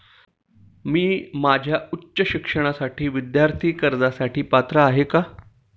मी माझ्या उच्च शिक्षणासाठी विद्यार्थी कर्जासाठी पात्र आहे का?